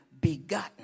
begotten